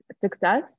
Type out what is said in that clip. success